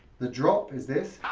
the drop is this.